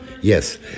yes